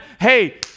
hey